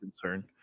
concern